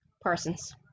Parsons